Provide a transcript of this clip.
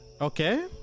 Okay